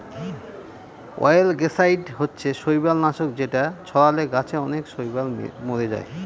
অয়েলগেসাইড হচ্ছে শৈবাল নাশক যেটা ছড়ালে গাছে অনেক শৈবাল মোরে যায়